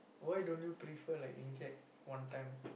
why don't you prefer like inject one time